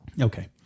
Okay